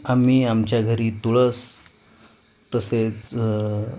आमी आमच्या घरी तुळस तसेच